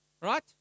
Right